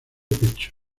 pecho